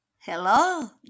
hello